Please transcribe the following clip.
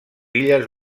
illes